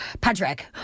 Patrick